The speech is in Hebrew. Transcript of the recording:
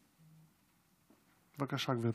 בבקשה, גברתי,